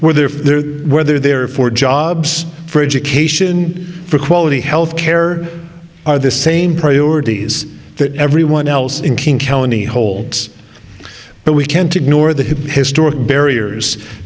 where the whether they are for jobs for education for quality health care are the same priorities that everyone else in king county holds but we can't ignore the historic barriers